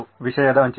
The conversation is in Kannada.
ವಿಷಯದ ಹಂಚಿಕೆ